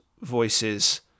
voices